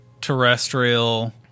terrestrial